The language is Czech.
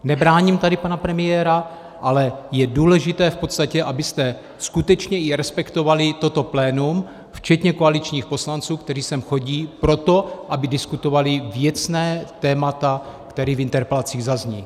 Nebráním tady pana premiéra, ale je důležité v podstatě, abyste skutečně respektovali toto plénum, včetně koaličních poslanců, kteří sem chodí proto, aby diskutovali věcná témata, která v interpelacích zazní.